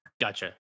Gotcha